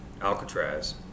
Alcatraz